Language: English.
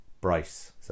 Bryce